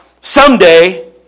someday